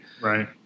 Right